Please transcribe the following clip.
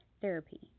Therapy